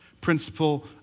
principle